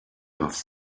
off